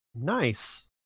Nice